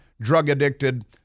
drug-addicted